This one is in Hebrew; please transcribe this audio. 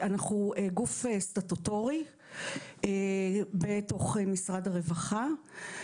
אנחנו גוף סטטוטורי בתוך משרד הרווחה.